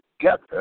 together